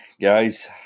guys